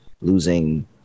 losing